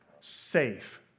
safe